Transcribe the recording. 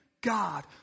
God